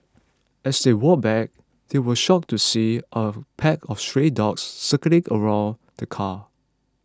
as they walked back they were shocked to see a pack of stray dogs circling around the car